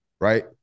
right